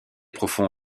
profond